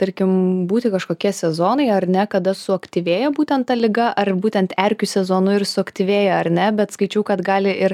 tarkim būti kažkokie sezonai ar ne kada suaktyvėja būtent ta liga ar būtent erkių sezonu ir suaktyvėja ar ne bet skaičiau kad gali ir